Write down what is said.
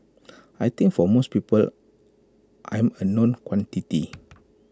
I think for most people I'm A known quantity